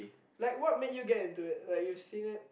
like what made you get into it like you've seen it